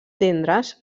tendres